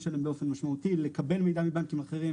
שלהם באופן משמעותי לקבל מידע מבנקים אחרים,